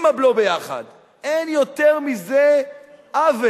עם הבלו יחד, אין יותר מזה עוול,